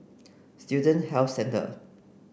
Student Health Centre